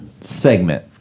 segment